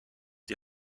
die